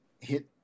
hit